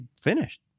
finished